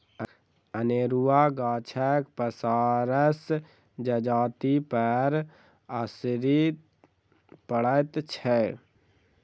अनेरूआ गाछक पसारसँ जजातिपर असरि पड़ैत छै